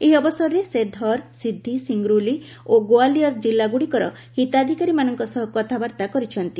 ଏହି ଅବସରରେ ସେ ଧର ସିଦ୍ଧି ସିଙ୍ଗ୍ରଉଲି ଓ ଗୋଆଲିଅର ଜିଲ୍ଲାଗୁଡ଼ିକର ହିତାଧିକାରୀମାନଙ୍କ ସହ କଥାବାର୍ତ୍ତା କରିଛନ୍ତି